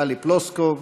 טלי פלוסקוב,